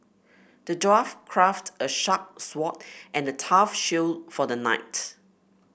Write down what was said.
the dwarf crafted a sharp sword and a tough shield for the knight